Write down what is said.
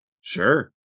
sure